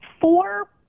four